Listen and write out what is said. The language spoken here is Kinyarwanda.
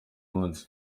munsi